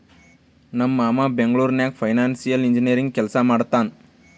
ನಮ್ ಮಾಮಾ ಬೆಂಗ್ಳೂರ್ ನಾಗ್ ಫೈನಾನ್ಸಿಯಲ್ ಇಂಜಿನಿಯರಿಂಗ್ ಕೆಲ್ಸಾ ಮಾಡ್ತಾನ್